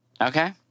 Okay